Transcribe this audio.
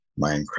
Minecraft